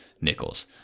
nickels